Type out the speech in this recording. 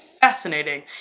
fascinating